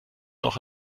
noch